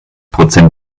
prozent